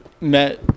met